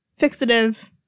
fixative